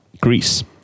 greece